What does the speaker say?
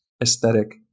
aesthetic